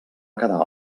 quedar